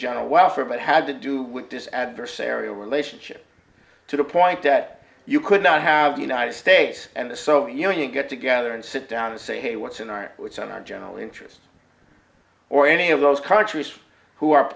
general welfare but had to do with this adversarial relationship to the point that you could not have the united states and the so you know you get together and sit down and say what's in our records and our general interest or any of those countries who are